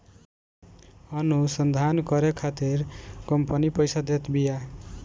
अनुसंधान करे खातिर कंपनी पईसा देत बिया